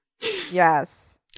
Yes